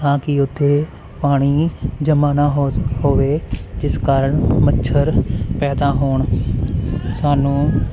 ਤਾਂ ਕਿ ਉੱਥੇ ਪਾਣੀ ਜਮ੍ਹਾਂ ਨਾ ਹੋ ਹੋਵੇ ਜਿਸ ਕਾਰਨ ਮੱਛਰ ਪੈਦਾ ਹੋਣ ਸਾਨੂੰ